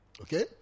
Okay